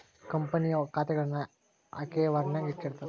ಕಂಪನಿಯ ಖಾತೆಗುಳ್ನ ಆರ್ಕೈವ್ನಾಗ ಇಟ್ಟಿರ್ತಾರ